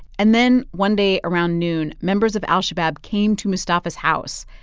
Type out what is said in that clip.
and then one day around noon, members of al-shabab came to mustafa's house,